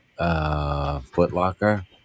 Footlocker